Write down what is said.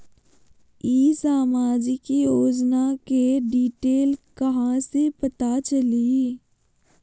ई सामाजिक योजना के डिटेल कहा से पता चली?